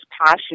passion